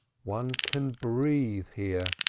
one can breathe here,